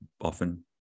often